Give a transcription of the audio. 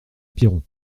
piron